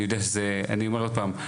אני אומר עוד פעם,